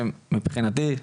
שמבחינתי,